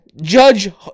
Judge